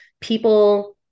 people